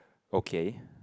okay